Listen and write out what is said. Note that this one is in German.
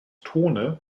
tone